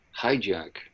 hijack